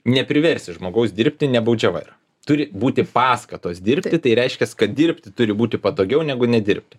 nepriversi žmogaus dirbti nebaudžiava yra turi būti paskatos dirbti tai reiškia kad dirbti turi būti patogiau negu nedirbti